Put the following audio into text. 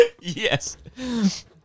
Yes